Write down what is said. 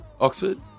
Oxford